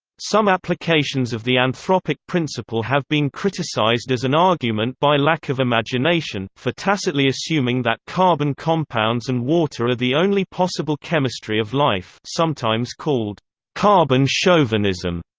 some applications of the anthropic principle have been criticized as an argument by lack of imagination, for tacitly assuming that carbon compounds and water are the only possible chemistry of life sometimes called carbon chauvinism,